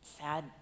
sad